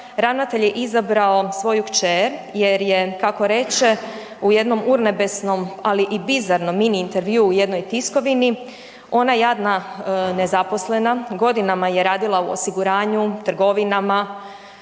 ravnatelj je izabrao svoju kćer je je kako reče u jednom urnebesnom ali i bizarnom mini intervjuu u jednoj tiskovini, ona jadna nezaposlena, godinama je radila u osiguranju, trgovinama,